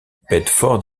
bedford